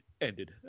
ended